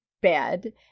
bed